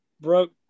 broke